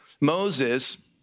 Moses